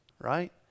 right